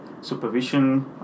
supervision